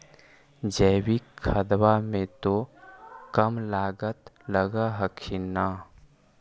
जैकिक खदबा मे तो कम लागत लग हखिन न?